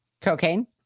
Cocaine